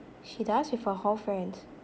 she does with her hall friends